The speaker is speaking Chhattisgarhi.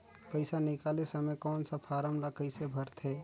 पइसा निकाले समय कौन सा फारम ला कइसे भरते?